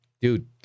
dude